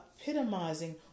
epitomizing